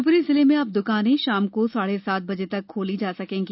शिवपुरी जिले में अब दुकाने शाम को साढ़े सात बजे तक खोली जा सकेंगी